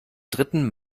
dritten